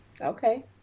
Okay